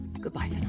goodbye